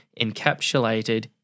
encapsulated